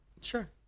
Sure